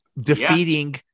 defeating